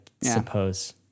suppose